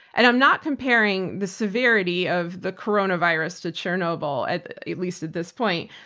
and i'm not comparing the severity of the coronavirus to chernobyl at at least at this point,